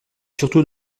surtout